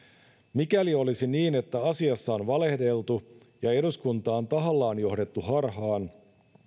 mikäli olisi niin että asiasta on valehdeltu ja eduskuntaa on tahallaan johdettu harhaan